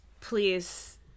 please